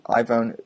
iPhone